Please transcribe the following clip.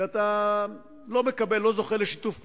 שאתה לא זוכה לשיתוף פעולה,